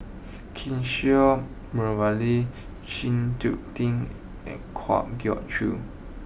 Kishore Mahbubani Chng Tin and Kwa Geok Choo